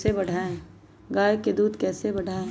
गाय का दूध कैसे बढ़ाये?